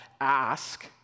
ask